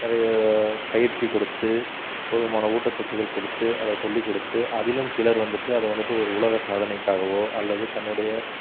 நிறையா பயிற்சி கொடுத்து போதுமான ஊட்டச்சத்துகள் கொடுத்து அதை சொல்லி கொடுத்து அதிலும் சிலர் வந்துவிட்டு அதை வந்துவிட்டு ஒரு உலக சாதனைக்காகவோ அல்லது தன்னுடைய